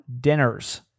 dinners